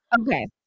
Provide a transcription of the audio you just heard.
Okay